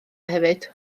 hefyd